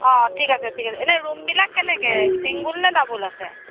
অঁ ঠিক আছে ঠিক আছে এনেই ৰূমবিলাক কেনেকৈ ছিংগুল নে ডাবুল আছে